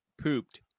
pooped